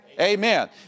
Amen